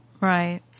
Right